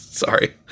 Sorry